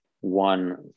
one